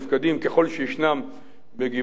ככל שישנם בגבעת-מגרון,